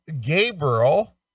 Gabriel